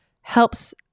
helps